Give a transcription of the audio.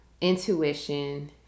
intuition